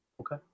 Okay